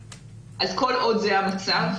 אז כל עוד זה המצב,